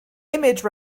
image